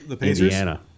Indiana